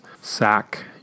sack